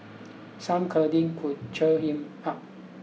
some cuddling could cheer him up